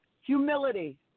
humility